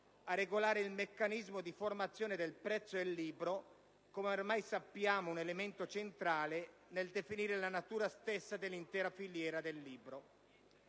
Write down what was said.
a regolare il meccanismo di formazione del prezzo del libro, come ormai sappiamo un elemento centrale nel definire la natura stessa dell'intera filiera del libro.